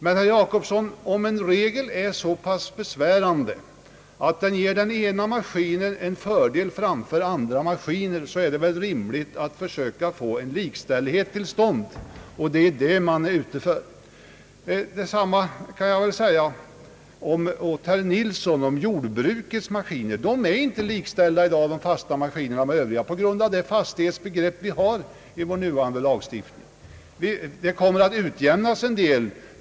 Men om en regel är så besvärande, herr Jacobsson, att den ger den ena maskinen en fördel framför andra maskiner, så är det väl rimligt att försöka få en likställighet till stånd. Det är detta man är ute efter. Detsamma kan jag väl säga åt herr Ferdinand Nilsson beträffande jordbrukets maskiner. Jordbrukets fasta maskiner är i dag inte likställda med Övriga rörelsers på grund av det fastighetsbegrepp som vi har i vår nuvarande lagstiftning.